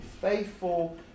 faithful